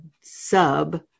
Sub